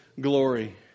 glory